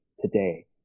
today